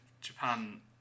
Japan